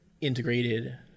integrated